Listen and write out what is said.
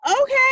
okay